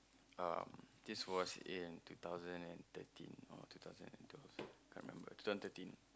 um this was in two thousand and thirteen or two thousand and twelve can't remember two thousand thirteen